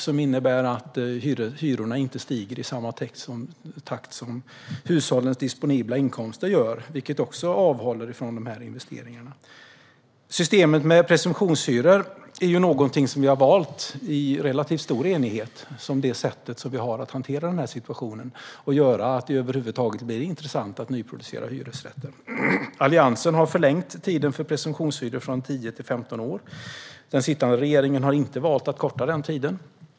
Det innebär att hyrorna inte stiger i samma takt som hushållens disponibla inkomster. Det avhåller också företagen från de här investeringarna. Systemet med presumtionshyror har vi, i relativt stor enighet, valt som det sätt vi ska ha för att hantera situationen. Och det har att göra med om det över huvud taget ska bli intressant att nyproducera hyresrätter. Alliansen har förlängt tiden för presumtionshyror från 10 till 15 år. Den sittande regeringen har inte valt att korta den tiden.